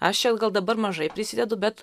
aš gal dabar mažai prisidedu bet